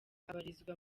abarizwa